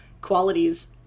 qualities